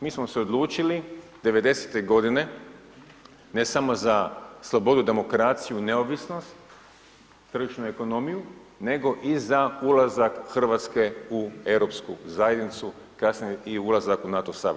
Mi smo se odlučili 90-te godine ne samo za slobodu, demokraciju, neovisnost, tržišnu ekonomiju nego i za ulazak Hrvatske u europsku zajednicu, kasnije i ulazak u NATO savez.